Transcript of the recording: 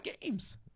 games